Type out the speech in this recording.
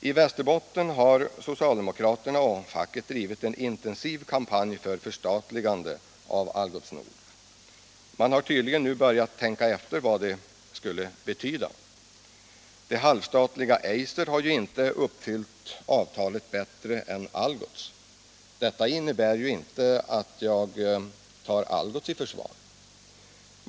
I Västerbotten har socialdemokraterna och facket drivit en intensiv kampanj för förstatligande av Algots Nord. Man har tydligen nu börjat tänka efter vad det skulle betyda. Det halvstatliga Eiser har ju inte uppfyllt avtalet bättre än Algots. Detta innebär inte att jag tar Algots i försvar.